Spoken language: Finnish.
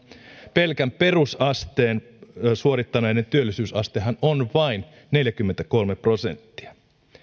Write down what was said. pelkän perusasteen suorittaneiden työllisyysastehan on vain neljäkymmentäkolme prosenttia